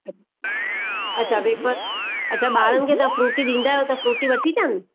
अच्छा वेफर अच्छा ॿारनि खे तव्हां फ्रूटी ॾींदा आहियो त फ्रूटी वठी अचानि